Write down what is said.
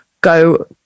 go